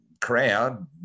crowd